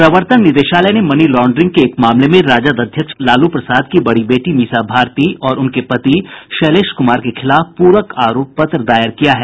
प्रवर्तन निदेशालय ने मनी लॉन्ड्रिंग के एक मामले में राजद अध्यक्ष लालू प्रसाद की बड़ी बेटी मीसा भारती और उनके पति शैलेश कुमार के खिलाफ पूरक आरोप पत्र दायर किया है